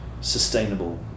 sustainable